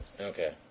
okay